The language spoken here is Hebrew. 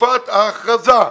תקופת ההכרזה.